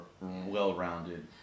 well-rounded